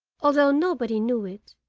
although nobody knew it.